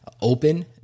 open